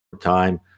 time